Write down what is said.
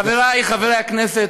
חבריי חברי הכנסת,